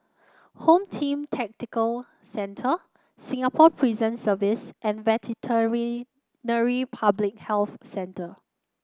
Home Team Tactical Centre Singapore Prison Service and Public Health Centre